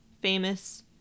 famous